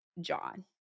John